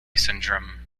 syndrome